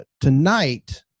tonight